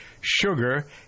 Sugar